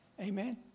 Amen